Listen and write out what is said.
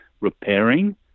repairing